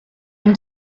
him